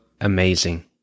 amazing